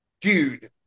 dude